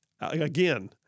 Again